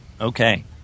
Okay